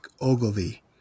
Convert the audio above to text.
ogilvy